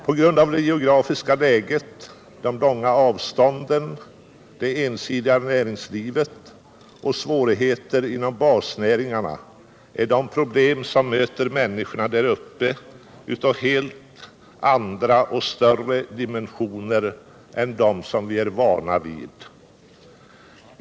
På grund av det geografiska läget, de långa avstånden, det ensidiga näringslivet och svårigheter inom basnäringarna är de problem som möter människorna där uppe av helt andra och större dimensioner än dem vi är vana vid.